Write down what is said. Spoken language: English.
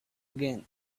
again